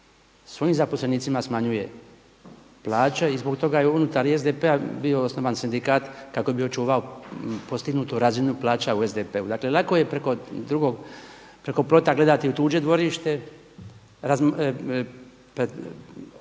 svojim zaposlenicima smanjuje plaće. I zbog toga je i unutar SDP-a bio osnovan sindikat kako bi očuvao postignutu razinu plaća u SDP-u. Dakle lako je preko plota gledati u tuđe dvorište, tražiti